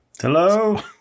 Hello